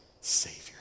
Savior